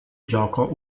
gioco